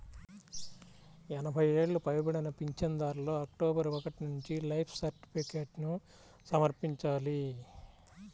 ఎనభై ఏళ్లు పైబడిన పింఛనుదారులు అక్టోబరు ఒకటి నుంచి లైఫ్ సర్టిఫికేట్ను సమర్పించాలి